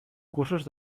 cursos